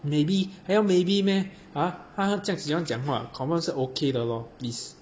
maybe 还要 maybe meh !huh! 他这样喜欢讲话 confirm 是 okay 的 lor please